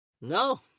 No